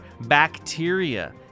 bacteria